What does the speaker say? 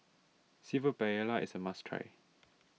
Seafood Paella is a must try